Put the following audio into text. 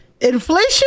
inflation